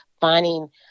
finding